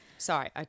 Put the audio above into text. Sorry